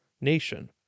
nation